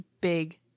big